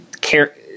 care